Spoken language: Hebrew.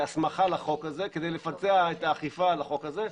להסמכה לחוק הזה כדי לבצע את האכיפה על החוק הזה.